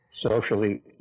Socially